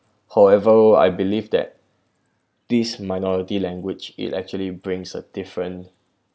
however I believe that this minority language it actually brings a different